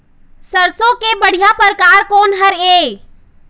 सरसों के बढ़िया परकार कोन हर ये?